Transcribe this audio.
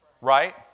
Right